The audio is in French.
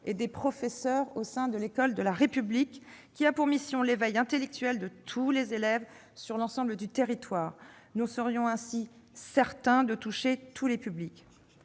et les professeurs, au sein de l'école de la République, qui a pour mission l'éveil intellectuel de tous les élèves, sur l'ensemble du territoire. Nous serions ainsi certains de toucher tous les publics.